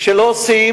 כשלא עושים,